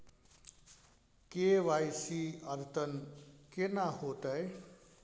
KYC अद्यतन केना होतै?